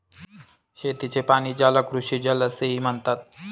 शेतीचे पाणी, ज्याला कृषीजल असेही म्हणतात